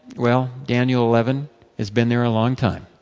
well, daniel eleven has been there a long time.